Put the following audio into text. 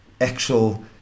actual